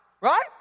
Right